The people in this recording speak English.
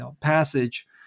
passage